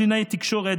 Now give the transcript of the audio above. קלינאי תקשורת,